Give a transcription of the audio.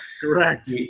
Correct